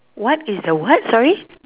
what is the what sorry